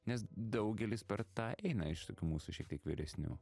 nes daugelis per tą eina iš tokių mūsų šiek tiek vyresnių